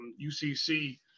UCC